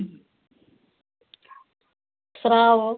സ്രാവോ